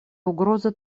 угроза